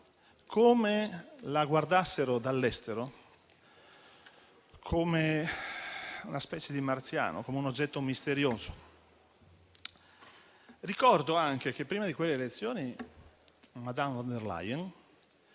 come la guardassero dall'estero, ossia come una specie di marziano o un oggetto misterioso; ricordo anche che, prima di quelle elezioni, madame von der Leyen